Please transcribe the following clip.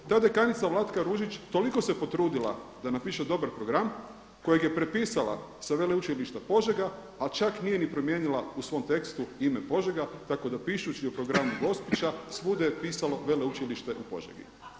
Ta dekanica Vlatka Ružić toliko se potrudila da napiše dobar program kojeg je prepisala sa Veleučilišta Požega, a čak nije ni promijenila u svom tekstu ime Požega, tako da pišući o programu Gospića svugdje je pisalo Veleučilište u Požegi.